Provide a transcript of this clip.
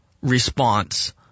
response